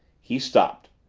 he stopped.